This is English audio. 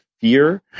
fear